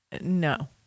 No